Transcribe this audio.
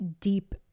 deep